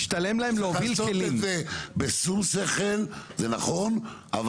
וגם את זה צריך לעשות בשום שכל זה נכון,